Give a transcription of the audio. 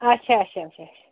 اَچھا اَچھا اَچھا اَچھا